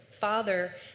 father